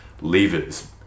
levers